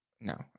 No